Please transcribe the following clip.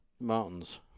Mountains